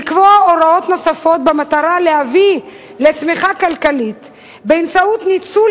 לקבוע הוראות נוספות במטרה להביא לצמיחה כלכלית באמצעות ניצול